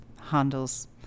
Handel's